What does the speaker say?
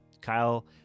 Kyle